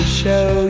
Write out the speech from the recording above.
show